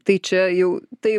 tai čia jau tai